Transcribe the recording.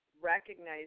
recognize